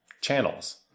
channels